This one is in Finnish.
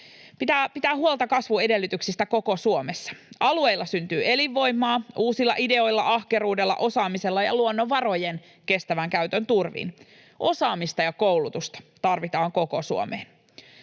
pitää huolta kasvuedellytyksistä koko Suomessa. Alueilla syntyy elinvoimaa uusilla ideoilla, ahkeruudella, osaamisella ja luonnonvarojen kestävän käytön turvin. Osaamista ja koulutusta tarvitaan koko Suomeen.